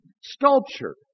sculpture